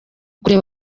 kureba